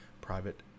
private